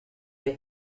des